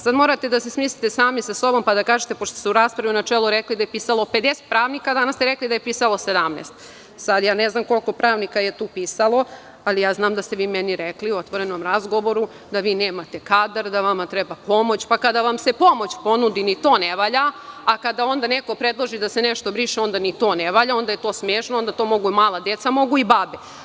Sad morate da se smislite sami sa sobom pa da kažete, pošto ste u raspravi u načelu rekli da je pisalo 50 pravnika, a danas ste rekli da je pisalo 17. sad, ja ne znam koliko pravnika je tu pisalo, ali znam da ste vi meni rekli, u otvorenom razgovoru, da vi nemate kadar, da vama treba pomoć, pa kada vam se pomoć ponudi ni to ne valja, a kada onda neko predloži da se nešto briše onda ni to ne valja, onda je to smešno, onda to mogu i mala deca, mogu i babe.